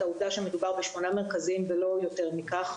העובדה שמדובר בשמונה מרכזים ולא יותר מכך,